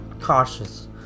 cautious